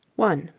one